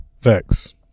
Facts